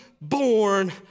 born